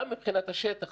גם מבחינת השטח,